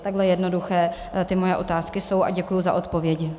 Takhle jednoduché moje otázky jsou a děkuji za odpovědi.